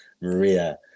Maria